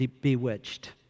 bewitched